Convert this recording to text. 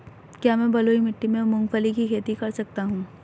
क्या मैं बलुई मिट्टी में मूंगफली की खेती कर सकता हूँ?